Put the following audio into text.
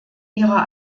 ihrer